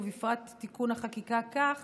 ובפרט תיקון החקיקה כך